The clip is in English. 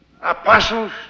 Apostles